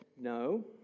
no